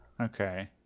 Okay